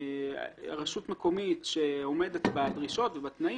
רשות מקומית שעומדת בדרישות ובתנאים